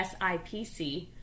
SIPC